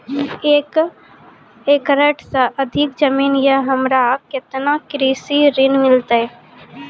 एक एकरऽ से अधिक जमीन या हमरा केतना कृषि ऋण मिलते?